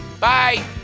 Bye